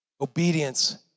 Obedience